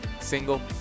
single